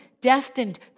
destined